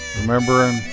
Remembering